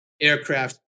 aircraft